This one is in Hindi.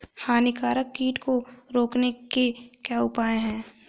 हानिकारक कीट को रोकने के क्या उपाय हैं?